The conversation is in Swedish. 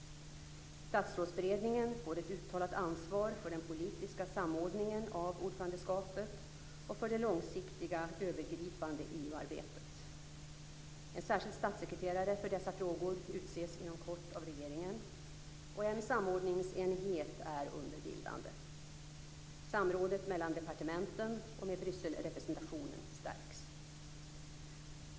Statsrådsberedningen får ett uttalat ansvar för den politiska samordningen av ordförandeskapet och för det långsiktiga övergripande EU-arbetet. En särskild statssekreterare för dessa frågor utses inom kort av regeringen, och en samordningsenhet är under bildande. Samrådet mellan departementen och med Brysselrepresentationen stärks.